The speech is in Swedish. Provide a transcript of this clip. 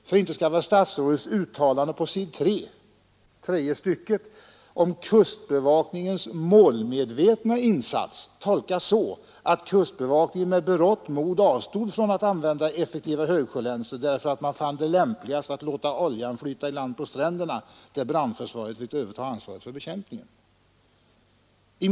För inte skall väl statsrådets uttalande i slutet av interpellationssvaret om kustbevakningens målmedvetna insats tolkas så, att kustbevakningen med berått mod avstod från att använda effektiva högsjölänsor, därför att man fann det lämpligast att låta oljan flyta i land på stränderna, där brandförsvaret fick överta ansvaret för bekämpningen?